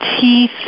teeth